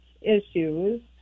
issues